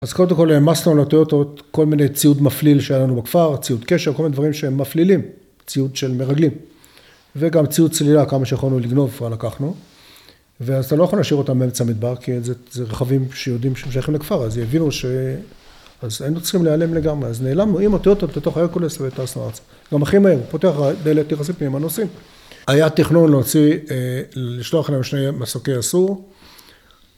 ‫אז קודם כול העמסנו על הטויוטות ‫כל מיני ציוד מפליל שהיה לנו בכפר, ‫ציוד קשר, כל מיני דברים ‫שהם מפלילים, ציוד של מרגלים. ‫וגם ציוד צלילה, ‫כמה שיכולנו לגנוב, לקחנו. ‫ואז אתה לא יכול להשאיר אותם ‫באמצע המדבר, ‫כי זה רכבים שיודעים שהם שייכים לכפר, ‫אז יבינו ש... ‫אז הינו צריכים להיעלם לגמרי, ‫אז נעלמנו עם הטויוטות ‫לתוך ההרקולס וטסנו ארצה. ‫זה גם הכי מהיר, פותח הדלת, ‫נכנסים פנימה ונוסעים. ‫היה תכנון להוציא, ‫לשלוח להם שני מסוקי יסעור.